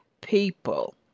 people